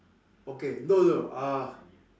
okay no no no uh